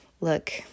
look